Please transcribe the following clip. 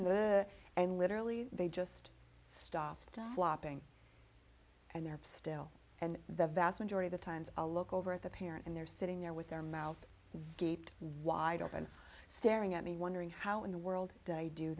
to and literally they just stop flopping and they're still and the vast majority the times i'll look over at the parent and they're sitting there with their mouth gaped wide open staring at me wondering how in the world